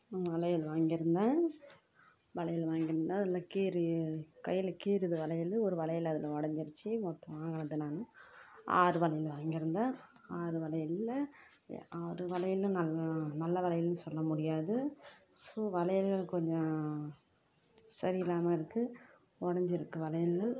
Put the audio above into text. நான் வளையல் வாங்கியிருந்தேன் வளையல் வாங்கியிருந்தேன் அதில் கீறி கையில் கீறுது வளையல் ஒரு வளையல் அதில் உடஞ்சிருச்சி மொத்தமாக வாங்கினது நான் ஆறு வளையல் வாங்கியிருந்தேன் ஆறு வளையலில் ஆறு வளையலும் நல்ல நல்ல வளையல்ன்னு சொல்ல முடியாது ஸோ வளையல்கள் கொஞ்சம் சரியில்லாமல் இருக்குது உடஞ்சிருக்கு வளையல்கள்